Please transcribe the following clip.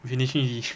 finishing already